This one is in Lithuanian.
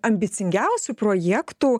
ambicingiausių projektų